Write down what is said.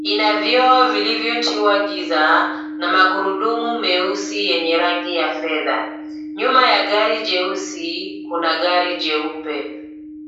Ina vioo vilivyotiwa giza ma magurudumu meusi yenye rangi ya fedha. Nyuma ya gari jeusi kuna gari jeupe.